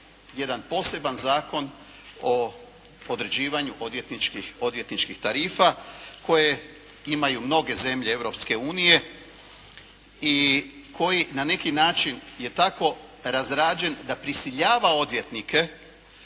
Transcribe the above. jedan poseban Zakon o određivanju odvjetničkih tarifa koje imaju mnoge zemlje Europske unije i koji na neki način je tako razrađen da prisiljava odvjetnike